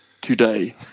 today